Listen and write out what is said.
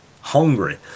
Hungry